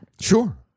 Sure